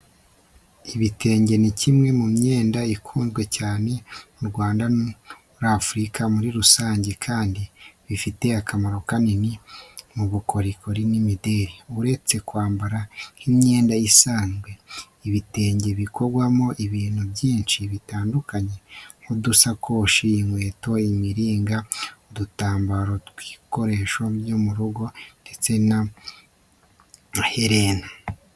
Ibitenge ni kimwe mu myenda ikunzwe cyane mu Rwanda no muri Afurika muri rusange, kandi bifite akamaro kanini mu bukorikori n’imideli. Uretse kwambarwa nk’imyenda isanzwe, ibitenge bikorwamo ibintu byinshi bitandukanye nk’udusakoshi, inkweto, imiringa, udutambaro tw’ibikoresho byo mu rugo ndetse n’amaherena.